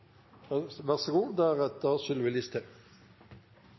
Vær så god,